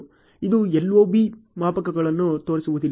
ಇದು LOB ಮಾಪಕಗಳನ್ನು ತೋರಿಸುವುದಿಲ್ಲ